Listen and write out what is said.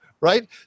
Right